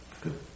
Good